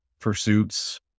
pursuits